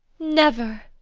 never,